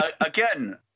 Again